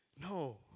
No